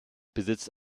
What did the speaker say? besitzt